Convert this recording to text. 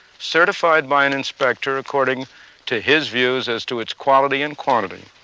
certified by an inspector, according to his views as to its quality and quantity.